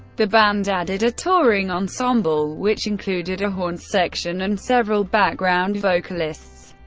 the band added a touring ensemble, which included a horns section and several background vocalists.